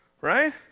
right